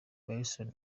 belson